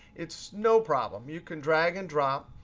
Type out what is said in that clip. it's no problem. you can drag and drop.